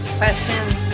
questions